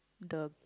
the